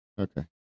Okay